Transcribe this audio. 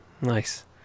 nice